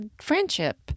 friendship